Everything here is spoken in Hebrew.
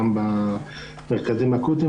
גם במרכזים האקוטיים.